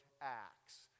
Acts